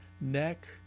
neck